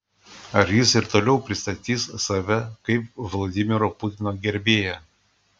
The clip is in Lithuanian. ar jis ir toliau pristatys save kaip vladimiro putino gerbėją